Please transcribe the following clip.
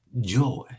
joy